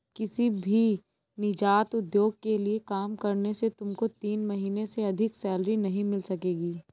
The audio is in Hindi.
किसी भी नीजात उद्योग के लिए काम करने से तुमको तीन महीने से अधिक सैलरी नहीं मिल सकेगी